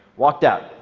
walked out.